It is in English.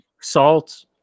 salt